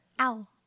ow